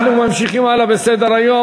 אנחנו ממשיכים הלאה בסדר-היום.